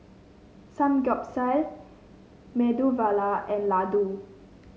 Samgeyopsal Medu and Ladoo